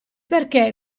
perché